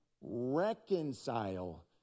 reconcile